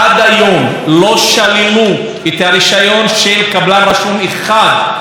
קבלן רשום אחד מתחילת השנה בגלל תאונת עבודה בבניין.